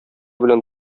белән